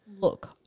Look